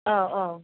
औ औ